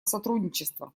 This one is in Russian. сотрудничества